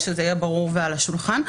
שזה יהיה ברור ועל השולחן.